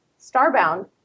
Starbound